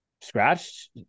scratched